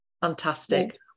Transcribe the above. fantastic